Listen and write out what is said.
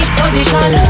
position